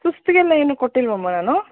ಸುಸ್ತಿಗೆಲ್ಲ ಏನು ಕೊಟ್ಟಿಲ್ವಾಮ್ಮ ನಾನು